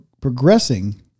progressing